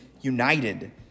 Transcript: united